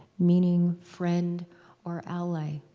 meaning friend or ally.